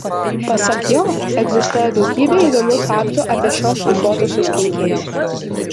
pasak jo egzistuoja daugybė įdomių faktų apie šiuos ūsuotuosius kenkėjus